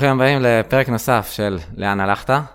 ברוכים הבאים לפרק נוסף של לאן הלכת.